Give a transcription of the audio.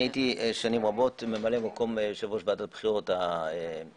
הייתי שנים רבות ממלא מקום יושב-ראש ועדת בחירות אזורית,